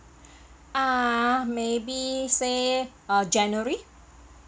uh maybe seh uh january